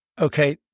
Okay